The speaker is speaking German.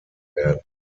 werden